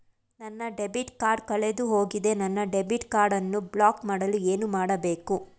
ನನ್ನ debit card ಕಳೆದುಹೋಗಿದೆ ನನ್ನ ಡೆಬಿಟ್ ಕಾರ್ಡ್ ಅನ್ನು ಬ್ಲಾಕ್ ಮಾಡಲು ಏನು ಮಾಡಬೇಕು?